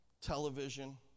Television